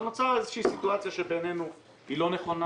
אבל נוצרה סיטואציה שבעינינו היא לא נכונה,